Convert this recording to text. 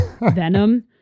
venom